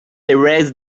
erased